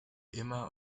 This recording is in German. immer